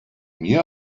mir